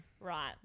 Right